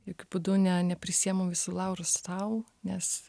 jokiu būdu ne neprisiėmiau visų laurų sau nes